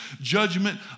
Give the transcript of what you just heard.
judgment